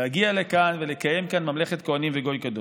להגיע לכאן ולקיים כאן ממלכת כוהנים וגוי קדוש.